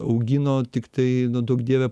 augino tiktai duok dieve